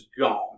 gone